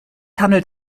handelt